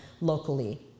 locally